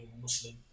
Muslim